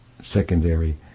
secondary